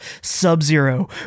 Sub-Zero